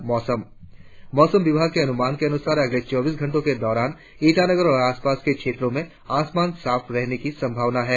और अब मौसम मौसम विभाग के अनुमान के अनुसार अगले चौबीस घंटो के दौरान ईटानगर और आसपास के क्षेत्रो में आसमान साफ रहने की संभावना है